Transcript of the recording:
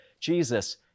Jesus